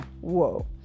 whoa